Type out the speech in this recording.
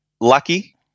lucky